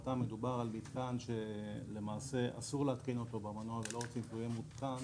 מדובר במתקן שאסור להתקין אותו במנוע ולא רוצים שהוא יהיה מותקן